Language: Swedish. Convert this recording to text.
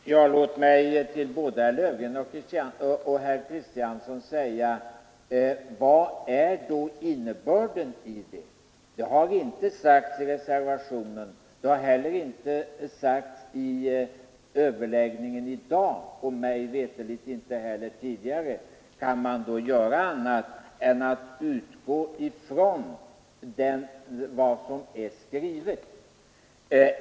Herr talman! Låt mig till både herr Löfgren och herr Kristiansson i Harplinge säga: Vad är då innebörden av reservationens uttalande? Det har ni inte sagt i reservationen, inte heller i överläggningen i dag och mig veterligt inte någon gång tidigare. Kan man då göra annat än att utgå från vad som är skrivet?